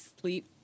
sleep